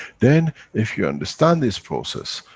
then, if you understand this process,